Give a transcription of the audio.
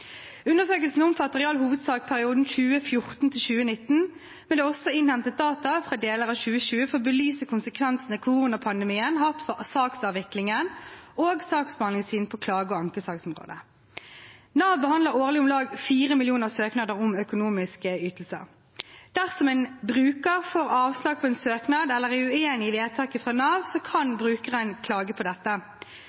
Undersøkelsen omfatter i all hovedsak perioden 2014–2019, men det er også innhentet data for deler av 2020 for å belyse konsekvensene koronapandemien har hatt for saksavviklingen og saksbehandlingstidene på klage- og ankesaksområdet. Nav behandler årlig om lag fire millioner søknader om økonomiske ytelser. Dersom en bruker får avslag på en søknad eller er uenig i vedtaket fra Nav, kan